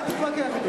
אל תתווכח אתי.